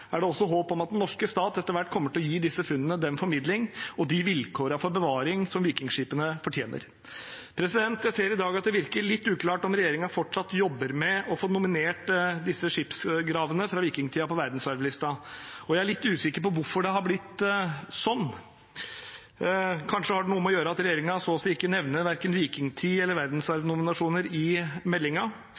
er det også håp om at den norske stat etter hvert kommer til å gi disse funnene den formidling – og de vilkårene for bevaring – som vikingskipene fortjener. Jeg ser i dag at det virker litt uklart om regjeringen fortsatt jobber med å få nominert disse skipsgravene fra vikingtiden til verdensarvlisten. Jeg er usikker på hvorfor det har blitt sånn, kanskje har det noe å gjøre med at regjeringen så å si ikke nevner verken vikingtid eller verdensarvnominasjoner i